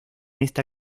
esta